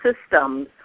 systems